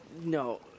No